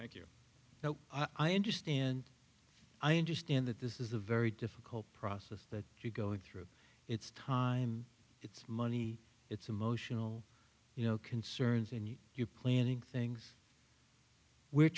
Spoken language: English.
thank you now i understand i understand that this is a very difficult process that you're going through its time it's money it's emotional you know concerns and you planning things we're